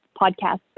podcast